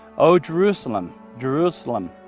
o jerusalem, jerusalem,